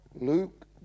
Luke